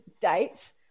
date